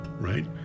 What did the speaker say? right